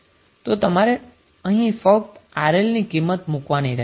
તો તમારે અહીં ફકત RL ની કિંમત મુકવાની રહેશે